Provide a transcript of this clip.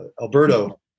Alberto